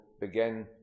begin